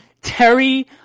terry